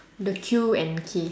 the Q and K